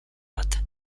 bat